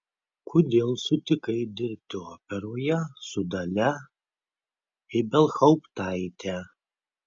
kodėl sutikai dirbti operoje su dalia ibelhauptaite